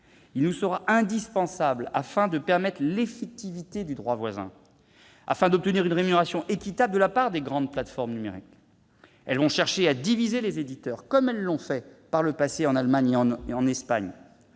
nous sera indispensable pour permettre l'effectivité du droit voisin et obtenir une rémunération équitable de la part des grandes plateformes numériques. Celles-ci vont chercher à diviser les éditeurs, comme elles l'ont fait par le passé en Allemagne et en Espagne.